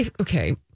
okay